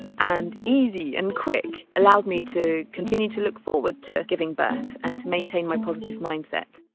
and easy and quick, allowed me to continue to look forward to giving birth and to maintain my positive mindset.